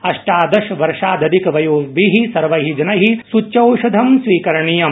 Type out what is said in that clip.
अष्टादश वर्षात् अधिकवयोभिः सर्वैः जनैः सूच्यौषध स्वीकरणीयम्